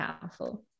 powerful